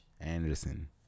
Anderson